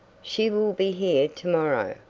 she will be here to-morrow.